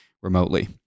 remotely